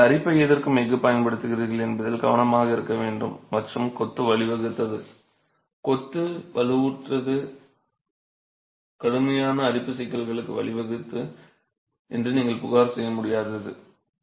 எனவே நீங்கள் அரிப்பை எதிர்க்கும் எஃகு பயன்படுத்துகிறீர்கள் என்பதில் கவனமாக இருக்க வேண்டும் மற்றும் கொத்து வழிவகுத்தது கொத்து வலுவூட்டுவது கடுமையான அரிப்பு சிக்கல்களுக்கு வழிவகுத்தது என்று நீங்கள் புகார் செய்ய முடியாது